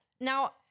now